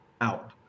out